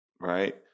right